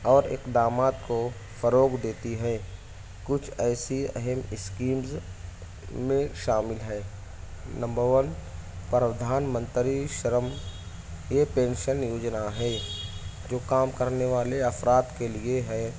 اور اقدامات کو فروغ دیتی ہے کچھ ایسی اہم اسکیمز میں شامل ہیں نمبر ون پردھان منتری شرم یہ پینشن یوجنا ہے جو کام کرنے والے افراد کے لیے ہے